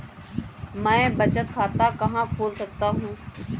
मैं बचत खाता कहाँ खोल सकता हूँ?